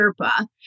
Sherpa